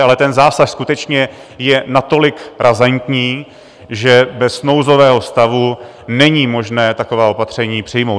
Ale ten zásah skutečně je natolik razantní, že bez nouzového stavu není možné taková opatření přijmout.